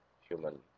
human